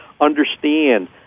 understand